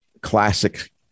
Classic